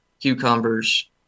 cucumbers